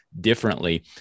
differently